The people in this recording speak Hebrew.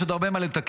יש עוד הרבה מה לתקן,